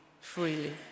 freely